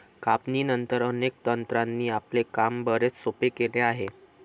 कापणीनंतर, अनेक तंत्रांनी आपले काम बरेच सोपे केले आहे